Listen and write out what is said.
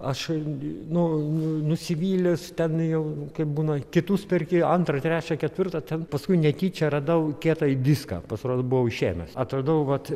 aš nu nu nusivylęs ten jau būna kitus perki antrą trečią ketvirtą ten paskui netyčia radau kietąjį diską pasirodo buvau išėmęs atradau vat